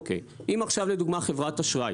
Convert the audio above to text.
אם עכשיו לדוגמה חברת אשראי